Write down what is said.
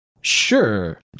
sure